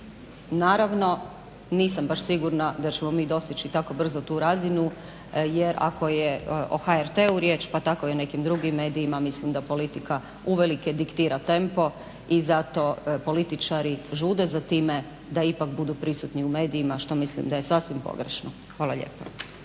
Naravno, nisam baš sigurna da ćemo mi dostići tako brzo tu razinu jer ako je o HRT-u riječ pa tako i o nekim drugim medijima mislim da politika uvelike diktira tempo i zato političari žude za time da ipak budu prisutni u medijima što mislim da je sasvim pogrešno. Hvala lijepo.